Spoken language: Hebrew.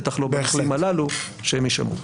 בטח לא במקרים הללו שהם ישנו.